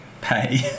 pay